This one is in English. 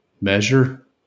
measure